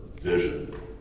vision